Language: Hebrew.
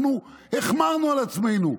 אנחנו החמרנו עם עצמנו.